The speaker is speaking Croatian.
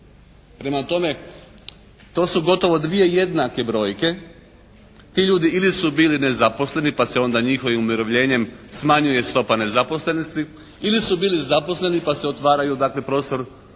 Prema tome, to su gotovo dvije jednake brojke. Ti ljudi ili su bili nezaposleni pa se onda njihovim umirovljenjem smanjuje stopa nezaposlenosti ili su bili nezaposleni pa se otvaraju dakle prostor za